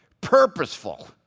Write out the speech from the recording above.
Purposeful